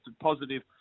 positive